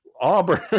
Auburn